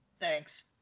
Thanks